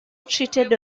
treated